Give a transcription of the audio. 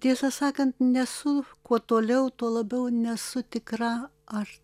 tiesą sakant nesu kuo toliau tuo labiau nesu tikra ar